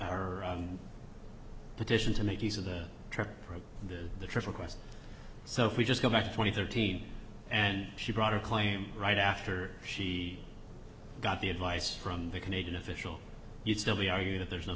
and petition to make use of the trip and the trip request so if we just go back twenty thirteen and she brought her claim right after she got the advice from the canadian official you'd still be argued that there's no